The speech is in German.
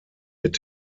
mit